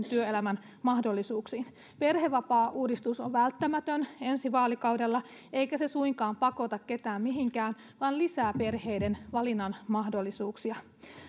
työelämän mahdollisuuksiin perhevapaauudistus on välttämätön ensi vaalikaudella eikä se suinkaan pakota ketään mihinkään vaan lisää perheiden valinnanmahdollisuuksia